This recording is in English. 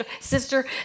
sister